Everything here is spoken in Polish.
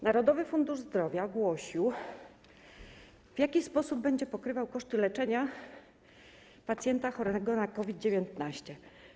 Narodowy Fundusz Zdrowia ogłosił, w jaki sposób będzie pokrywał koszty leczenia pacjenta chorego na COVID-19.